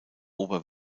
ober